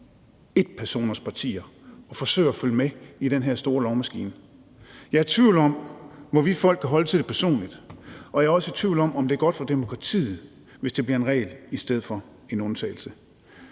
etpersonspartier, der forsøger at følge med i den her store lovmaskine. Jeg er i tvivl om, hvorvidt folk kan holde til det personligt, og jeg er også i tvivl om, om det er godt for demokratiet, hvis det bliver en regel i stedet for en undtagelse.